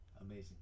Amazing